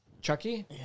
Chucky